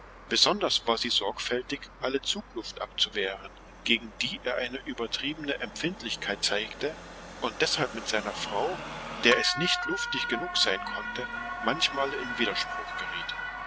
besonders war sie sorgfältig alle zugluft abzuwehren gegen die er eine übertriebene empfindlichkeit zeigte und deshalb mit seiner frau der es nicht luftig genug sein konnte manchmal in widerspruch geriet